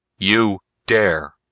you dare!